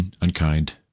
unkind